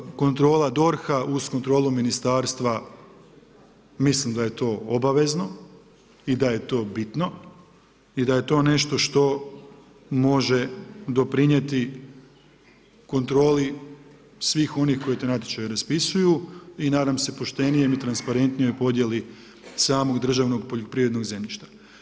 Naravno kontrola DORH-a uz kontrolu ministarstva mislim da je to obavezno i da je to bitno i da je to nešto što može doprinijeti kontroli svih onih koji taj natječaj raspisuju i nadam se poštenijem i transparentnijoj podjeli samog državnog poljoprivrednog zemljišta.